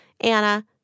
Anna